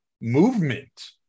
movement